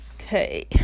Okay